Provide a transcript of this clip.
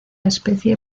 especie